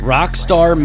Rockstar